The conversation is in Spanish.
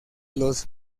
los